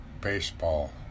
baseball